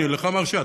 לך אני מרשה,